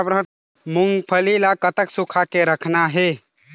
मूंगफली ला कतक सूखा के रखना हे?